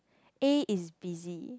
A is busy